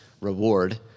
reward